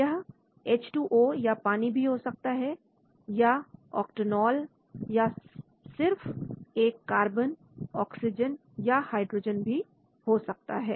यह पानी भी हो सकता है या ऑक्टेनॉल या यह एक सिर्फ कार्बन ऑक्सीजन या हाइड्रोजन भी हो सकता है